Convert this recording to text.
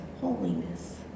holiness